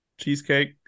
Cheesecake